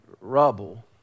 rubble